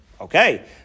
okay